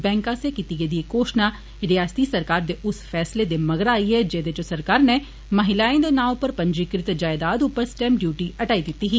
bank आस्सेआ कीती गेदी एह् घोषणा रियासती सरकार दे उस फैसले दे मगरा आई ऐ जेदे च सरकार नै महिलाए दे ना उप्पर पंजीकृत जायदाद उप्पर स्टैम्प डयूटी हटाई दिती ही